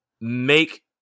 make